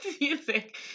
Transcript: music